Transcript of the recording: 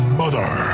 mother